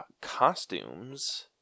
costumes